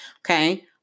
okay